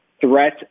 threat